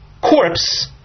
corpse